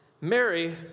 Mary